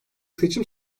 seçim